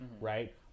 right